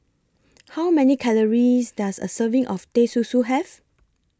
How Many Calories Does A Serving of Teh Susu Have